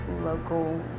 local